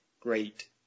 great